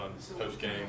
postgame